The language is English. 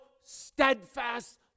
steadfast